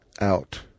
out